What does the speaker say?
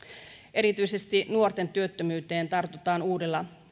erityisesti nuorten työttömyyteen tartutaan uudella